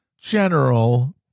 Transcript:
general